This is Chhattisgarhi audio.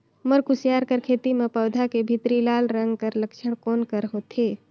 मोर कुसियार कर खेती म पौधा के भीतरी लाल रंग कर लक्षण कौन कर होथे?